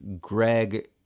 Greg